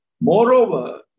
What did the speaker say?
Moreover